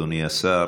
אדוני השר,